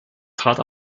trat